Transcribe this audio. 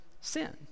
sin